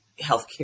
healthcare